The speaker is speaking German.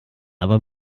aber